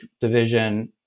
division